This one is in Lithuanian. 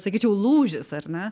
sakyčiau lūžis ar ne